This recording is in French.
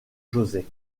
josé